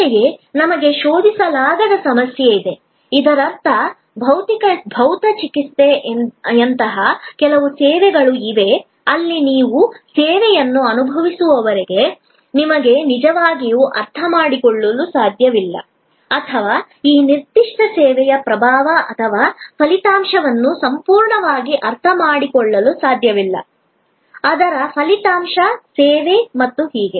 ಅಂತೆಯೇ ನಮಗೆ ಶೋಧಿಸಲಾಗದ ಸಮಸ್ಯೆ ಇದೆ ಇದರರ್ಥ ಭೌತಚಿಕಿತ್ಸೆಯಂತಹ ಕೆಲವು ಸೇವೆಗಳು ಇವೆ ಅಲ್ಲಿ ನೀವು ಸೇವೆಯನ್ನು ಅನುಭವಿಸುವವರೆಗೆ ನಿಮಗೆ ನಿಜವಾಗಿಯೂ ಅರ್ಥಮಾಡಿಕೊಳ್ಳಲು ಸಾಧ್ಯವಿಲ್ಲ ಅಥವಾ ಆ ನಿರ್ದಿಷ್ಟ ಸೇವೆಯ ಪ್ರಭಾವ ಅಥವಾ ಫಲಿತಾಂಶವನ್ನು ಸಂಪೂರ್ಣವಾಗಿ ಅರಿತುಕೊಳ್ಳಲು ಸಾಧ್ಯವಿಲ್ಲ ಅದರ ಫಲಿತಾಂಶ ಸೇವೆ ಮತ್ತು ಹೀಗೆ